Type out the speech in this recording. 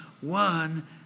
one